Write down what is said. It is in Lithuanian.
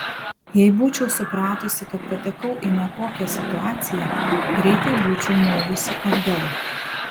jei būčiau supratusi kad patekau į nekokią situaciją greitai būčiau movusi atgal